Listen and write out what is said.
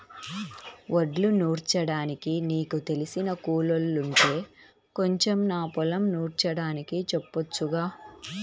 వడ్లు నూర్చడానికి నీకు తెలిసిన కూలోల్లుంటే కొంచెం నా పొలం నూర్చడానికి చెప్పొచ్చుగా